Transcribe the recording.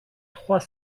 trois